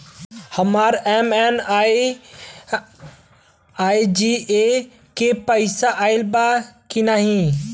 हमार एम.एन.आर.ई.जी.ए के पैसा आइल बा कि ना?